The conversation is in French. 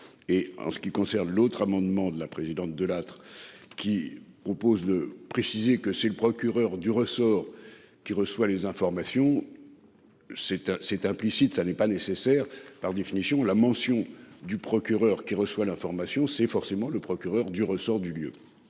en ce qui concerne l'autre amendement de la présidente Delattre qui propose de préciser que c'est le procureur du ressort qui reçoit les informations. C'est c'est implicite. Ça n'est pas nécessaire, par définition la mention du procureur qui reçoit l'information c'est forcément le procureur du ressort du lieu.